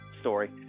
story